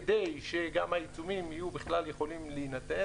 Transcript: כדי שגם העיצומים יהיו בכלל יכולים להינתן,